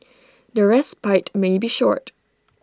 the respite may be short